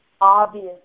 obvious